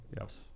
Yes